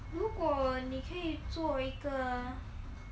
如果你可以做一个